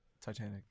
Titanic